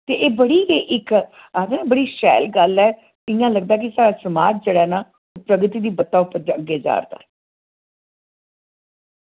ते एह् बड़ी गै इक आखदे ना बड़ी शैल गल्ल ऐ इ'यां लगदा कि साढ़ा समाज जेह्ड़ा ना प्रगति दी बत्ता उप्पर अग्गे जा दा